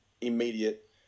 immediate